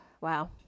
Wow